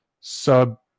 sub